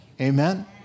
Amen